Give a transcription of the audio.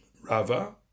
Rava